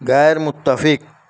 غیر متفق